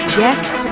Yes